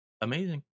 Amazing